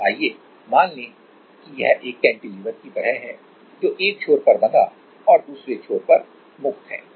तो आइए मान लें कि यह एक कैंटिलीवर की तरह है जो एक छोर पर बंधा और दूसरे छोर पर मुक्त है